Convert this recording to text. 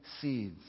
seeds